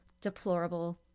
deplorable